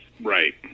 Right